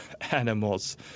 animals